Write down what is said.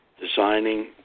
designing